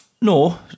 no